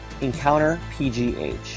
EncounterPGH